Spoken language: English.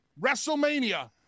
WrestleMania